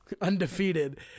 undefeated